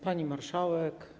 Pani Marszałek!